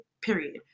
period